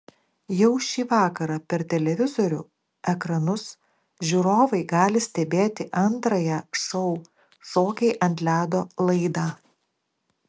jau šį vakarą per televizorių ekranus žiūrovai gali stebėti antrąją šou šokiai ant ledo laidą